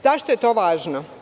Zašto je to važno?